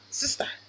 sister